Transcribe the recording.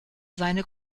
seine